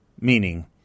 meaning